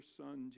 son